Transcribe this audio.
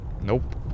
Nope